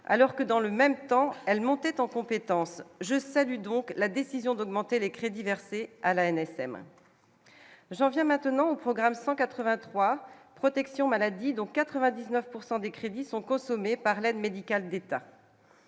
alors que dans le même temps, elle montait en compétences, je salue donc la décision d'augmenter les crédits versés à l'ANSM j'en viens maintenant au programme 183 protection maladie dont 99 pourcent des crédits sont consommés par l'aide médicale d'État,